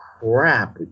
crap